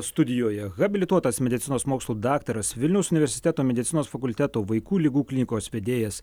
studijoje habilituotas medicinos mokslų daktaras vilniaus universiteto medicinos fakulteto vaikų ligų klinikos vedėjas